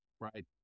right